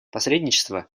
посредничество